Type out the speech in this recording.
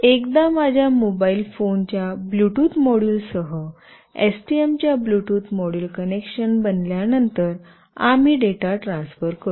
एकदा माझ्या mobile phone च्या ब्लूटूथ मॉड्यूलसह एसटीएम च्या ब्लूटूथ मॉड्यूल कनेक्शन बनल्या नंतर आम्ही डेटा ट्रांसफ़र करू